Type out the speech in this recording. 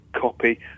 copy